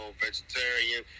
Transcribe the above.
vegetarian